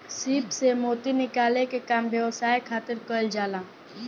सीप से मोती निकाले के काम व्यवसाय खातिर कईल जाला